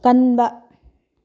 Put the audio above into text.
ꯀꯟꯕ